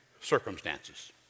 circumstances